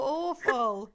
awful